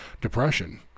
depression